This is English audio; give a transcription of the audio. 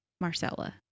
Marcella